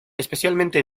especialmente